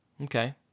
Okay